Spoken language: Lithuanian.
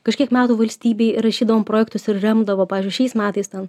kažkiek metų valstybei rašydavom projektus ir remdavo pavyzdžiui šiais metais ten